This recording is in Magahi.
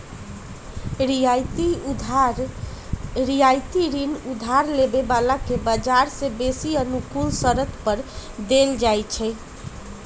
रियायती ऋण उधार लेबे बला के बजार से बेशी अनुकूल शरत पर देल जाइ छइ